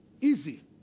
Easy